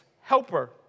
helper